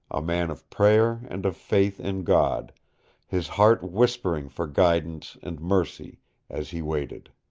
a man of prayer and of faith in god his heart whispering for guidance and mercy as he waited.